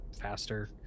faster